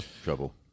trouble